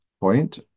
point